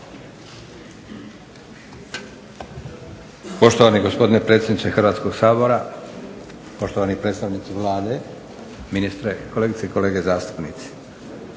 Poštovani gospodine predsjedniče Hrvatskog sabora, poštovani predstavnici Vlade, ministre, kolegice i kolege zastupnici.